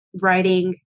writing